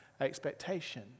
expectation